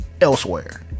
elsewhere